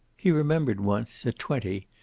he remembered once, at twenty,